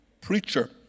preacher